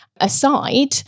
aside